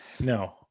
No